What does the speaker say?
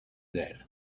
that